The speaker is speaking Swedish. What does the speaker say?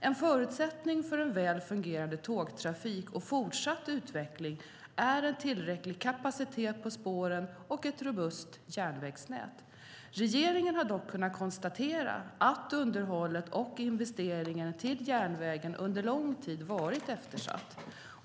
En förutsättning för en väl fungerande tågtrafik och fortsatt utveckling är en tillräcklig kapacitet på spåren och ett robust järnvägsnät. Regeringen har dock kunnat konstatera att underhållet och investeringarna till järnvägen under lång tid varit eftersatta.